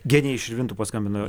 genė iš širvintų paskambino